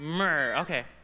Okay